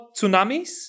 tsunamis